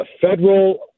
federal